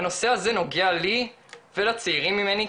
הנושא הזה נוגע לי ולצעירים ממני,